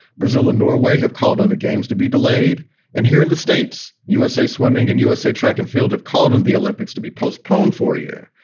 brazil and norway have called on the games to be delayed and here in the states, usa swimming and usa track and field have called on the olympics to be postponed for a year.